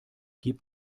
gib